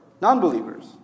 non-believers